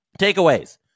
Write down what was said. takeaways